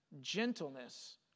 gentleness